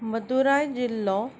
मदुरई जिल्लो